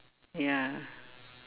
ya